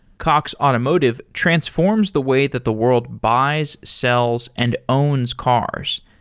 cox automotive transforms the way that the world buys, sells and owns cars.